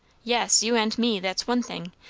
yes, you and me that's one thing.